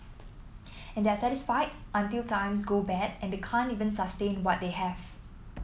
and they are satisfied until times go bad and they can't even sustain what they have